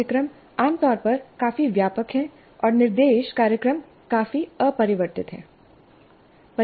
पाठ्यक्रम आम तौर पर काफी व्यापक है और निर्देश कार्यक्रम काफी अपरिवर्तित हैं